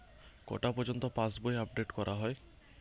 কটা পযর্ন্ত পাশবই আপ ডেট করা হয়?